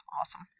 awesome